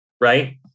right